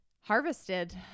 harvested